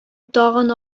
тагын